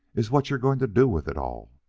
is what you're going to do with it all.